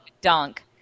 dunk